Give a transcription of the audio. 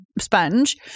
sponge